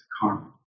karma